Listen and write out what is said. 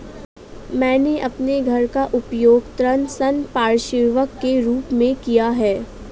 मैंने अपने घर का उपयोग ऋण संपार्श्विक के रूप में किया है